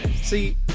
see